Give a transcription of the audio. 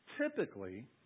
Typically